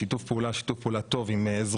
שיתוף הפעולה הוא שיתוף פעולה טוב עם זרוע